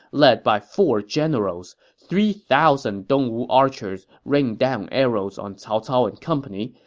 led by four generals. three thousand dongwu archers rained down arrows on cao cao and company,